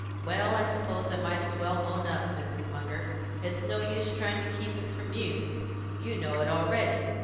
well, i suppose i might as well own up, mrs. munger it's no use trying to keep it from you you know it already.